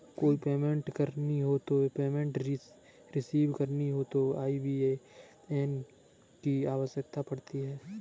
कोई पेमेंट करनी हो या पेमेंट रिसीव करनी हो तो आई.बी.ए.एन की आवश्यकता पड़ती है